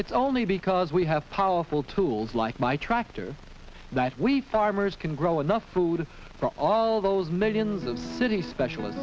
it's only because we have powerful tools like my tractor that we farmers can grow enough food for all those millions of city specialist